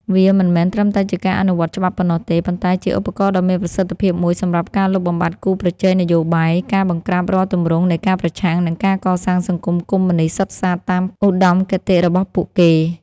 វាមិនមែនត្រឹមតែជាការអនុវត្តច្បាប់ប៉ុណ្ណោះទេ ប៉ុន្តែជាឧបករណ៍ដ៏មានប្រសិទ្ធភាពមួយសម្រាប់ការលុបបំបាត់គូប្រជែងនយោបាយ ការបង្ក្រាបរាល់ទម្រង់នៃការប្រឆាំង និងការកសាងសង្គមកុម្មុយនិស្តសុទ្ធសាធតាមឧត្តមគតិរបស់ពួកគេ។